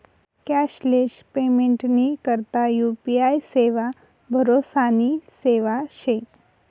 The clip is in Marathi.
कॅशलेस पेमेंटनी करता यु.पी.आय सेवा भरोसानी सेवा शे